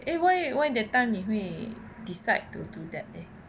eh why why that time 你会 decide to do that leh